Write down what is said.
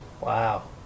Wow